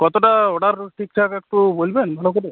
কতটা অর্ডার ঠিকঠাক একটু বলবেন ভালো করে